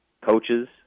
coaches